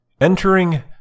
Entering